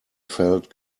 felt